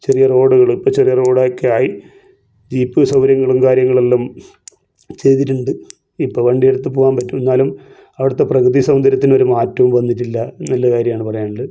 ചെറിയ റോഡുകളെ ഇപ്പോൾ ചെറിയ റോഡൊക്കെയായി ജീപ്പും സൗകര്യങ്ങളും കാര്യങ്ങളും എല്ലാം ചെയ്തിട്ടുണ്ട് ഇപ്പോൾ വണ്ടിയെടുത്ത് പോകാൻ പറ്റും എന്നാലും അവിടുത്തെ പ്രകൃതി സൗന്ദര്യത്തിന് ഒരു മാറ്റവും വന്നിട്ടില്ല നല്ല കാര്യമാണ് പറയാനുള്ളത്